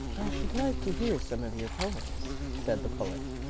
should like to hear some of your poems, said the poet.